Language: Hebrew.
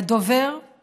הדובר הוא